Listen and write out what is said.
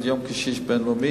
"יום קשיש בין-לאומי",